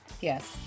Yes